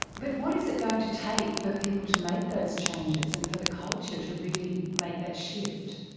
but what is it going to take for people to make those changes and for the culture to really make that shift?